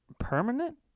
Permanent